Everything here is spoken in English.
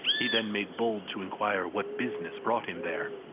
he then made bold to inquire what business brought him there.